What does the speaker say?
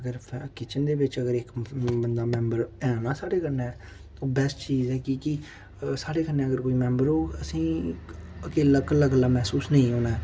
अगर फै किचन दे बिच्च अगर इक बंदा मैंबर ऐ न साढ़े कन्नै ते बैस्ट चीज़ ऐ कि के साढ़े कन्नै अगर कोई मैंबर होग असेंगी इक अकेला कल्ले कल्ले महसूस नेईं होना ऐ